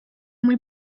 muy